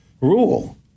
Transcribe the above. rule